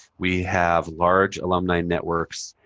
we have large alumni networks